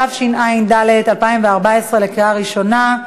התשע"ד 2014, בקריאה ראשונה.